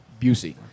Busey